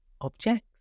objects